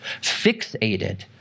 fixated